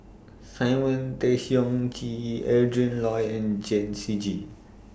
Simon Tay Seong Chee Adrin Loi and Chen Shiji